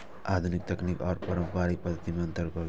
आधुनिक तकनीक आर पौराणिक पद्धति में अंतर करू?